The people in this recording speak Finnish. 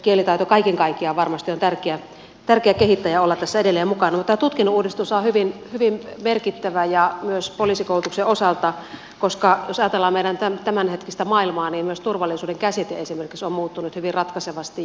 kielitaitoa kaiken kaikkiaan varmasti on tärkeä kehittää ja olla tässä edelleen mukana mutta tämä tutkinnonuudistushan on hyvin merkittävä ja myös poliisikoulutuksen osalta koska jos ajatellaan meidän tämänhetkistä maailmaa niin myös turvallisuuden käsite esimerkiksi on muuttunut hyvin ratkaisevasti